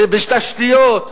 בתשתיות,